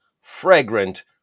fragrant